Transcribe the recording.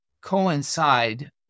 coincide